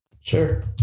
Sure